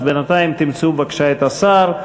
אז בינתיים תמצאו בבקשה את השר.